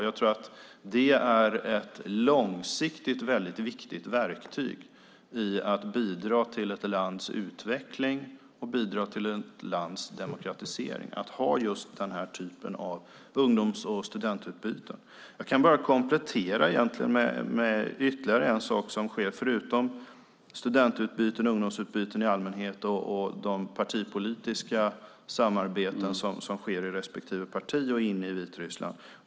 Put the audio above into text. Jag tror att det är ett långsiktigt viktigt verktyg när det gäller att bidra till ett lands utveckling och till ett lands demokratisering, att ha just den här typen av ungdoms och studentutbyten. Jag kan egentligen bara komplettera med att nämna ytterligare en sak som sker, förutom studentutbyten och ungdomsutbyten i allmänhet och de partipolitiska samarbetena i respektive parti och inne i Vitryssland.